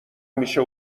میشه